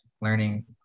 learning